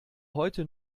heute